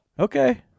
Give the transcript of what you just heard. Okay